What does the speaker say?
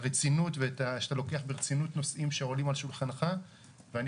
שאתה לוקח ברצינות נושאים שעולים על שולחנך ואני